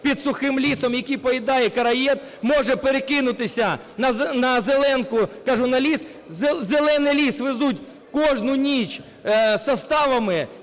під сухим лісом, який поїдає короїд, може перекинутися на "зеленку", кажу, на ліс. Зелений ліс везуть кожну ніч составами,